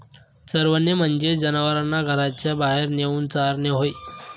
चरवणे म्हणजे जनावरांना घराच्या बाहेर नेऊन चारणे होय